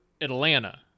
Atlanta